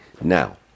Now